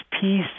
peace